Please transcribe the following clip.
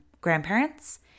grandparents